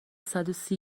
صدوسی